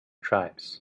tribes